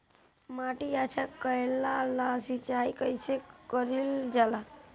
माटी अच्छा कइला ला सिंचाई कइसे कइल जाला?